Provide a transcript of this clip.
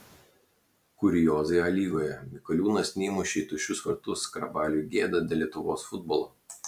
kuriozai a lygoje mikoliūnas neįmušė į tuščius vartus skarbaliui gėda dėl lietuvos futbolo